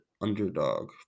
underdog